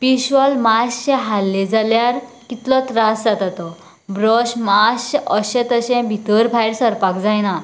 पिशॉल मातशें हाल्लें जाल्यार कितलो त्रास जाता तो ब्रश मातशें अशें तशें भितर भायर सरपाक जायना